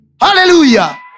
Hallelujah